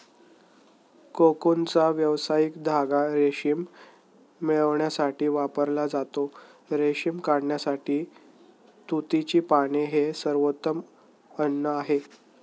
कोकूनचा व्यावसायिक धागा रेशीम मिळविण्यासाठी वापरला जातो, रेशीम किड्यासाठी तुतीची पाने हे सर्वोत्तम अन्न आहे